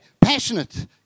passionate